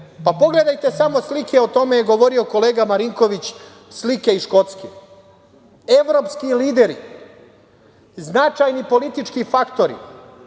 svetu. Pogledajte samo slike, o tome je govorio kolega Marinković, slike iz Škotske. Evropski lideri, značajni politički faktori,